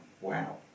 wow